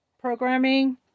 programming